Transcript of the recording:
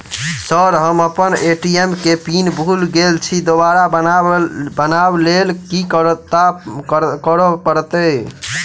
Sir हम अप्पन ATM केँ पिन भूल गेल छी दोबारा बनाब लैल की करऽ परतै?